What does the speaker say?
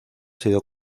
sido